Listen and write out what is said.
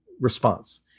response